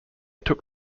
took